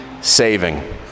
saving